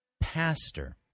pastor